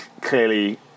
clearly